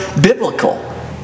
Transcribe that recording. biblical